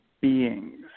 beings